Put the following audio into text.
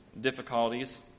difficulties